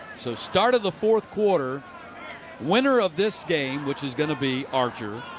so start of the fourth quarter winner of this game, which is going to be archer,